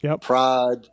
pride